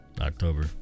October